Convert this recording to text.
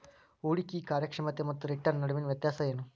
ಹೂಡ್ಕಿ ಕಾರ್ಯಕ್ಷಮತೆ ಮತ್ತ ರಿಟರ್ನ್ ನಡುವಿನ್ ವ್ಯತ್ಯಾಸ ಏನು?